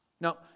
Now